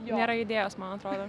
nėra idėjos man atrodo